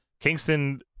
Kingston